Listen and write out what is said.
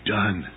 done